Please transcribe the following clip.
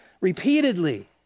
Repeatedly